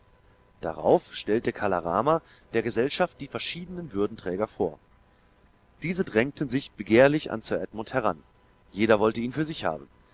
darauf stellte kala rama der gesellschaft die verschiedenen würdenträger vor diese drängten sich begehrlich an sir edmund heran jeder wollte ihn für sich haben